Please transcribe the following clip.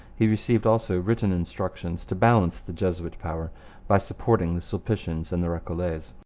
he received also written instructions to balance the jesuit power by supporting the sulpicians and the recollets.